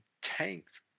tanked